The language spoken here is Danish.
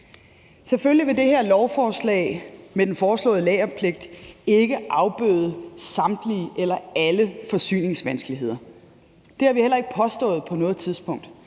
efter 1 år. Det her lovforslag med den foreslåede lagerpligt vil selvfølgelig ikke afbøde samtlige forsyningsvanskeligheder. Det har vi heller ikke på noget tidspunkt